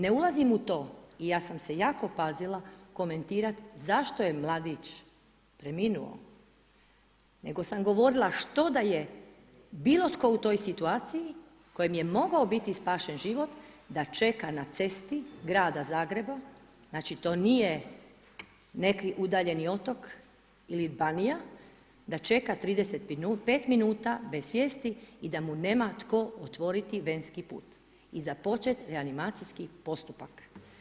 Ne ulazim u to i ja sam se jako pazila komentirati zašto je mladić preminuo, nego sam govorila što da je bilo tko u toj situaciji kojem je mogao biti spašen život, da čeka na cesti grada Zagreba, znači to nije neki udaljeni otok ili banija da čeka 35 min bez svijesti i da mu nema tko otvoriti venski put i započet reanimacijski postupak.